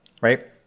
right